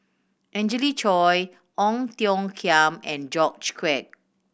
Angelina Choy Ong Tiong Khiam and George Quek